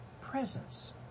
presence